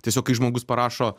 tiesiog kai žmogus parašo